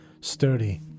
Sturdy